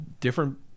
different